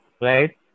right